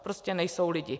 Prostě nejsou lidi.